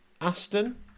Aston